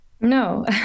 No